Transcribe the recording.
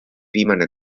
viimane